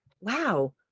wow